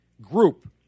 group